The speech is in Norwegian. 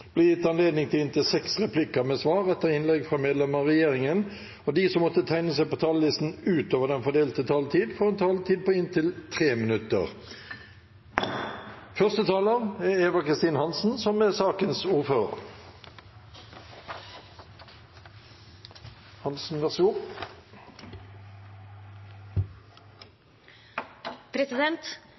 gitt anledning til inntil seks replikker med svar etter innlegg fra medlemmer av regjeringen, og de som måtte tegne seg på talerlisten utover den fordelte taletid, får også en taletid på inntil 3 minutter.